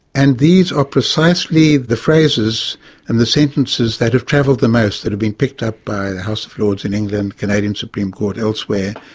and these are precisely the phrases and the sentences that have travelled the most, that have been picked up by the house of lords in england, canadian supreme court, elsewhere.